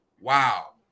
wow